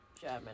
German